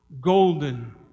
golden